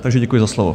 Takže děkuji za slovo.